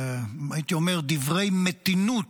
הייתי אומר דברי מתינות,